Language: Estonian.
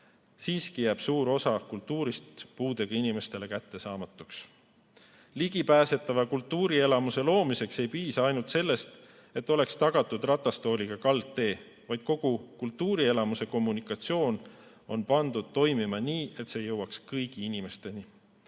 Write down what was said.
–, jääb suur osa kultuurist puudega inimestele siiski kättesaamatuks. Ligipääsetava kultuurielamuse loomiseks ei piisa ainult sellest, et oleks tagatud ratastooliga kaldtee, vaid kogu kultuurielamuse kommunikatsioon on pandud toimima nii, et see jõuaks kõigi inimesteni.